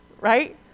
right